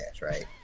right